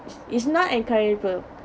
is is not encourageable